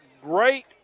Great